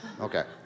Okay